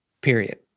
period